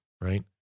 right